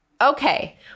Okay